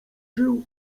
żył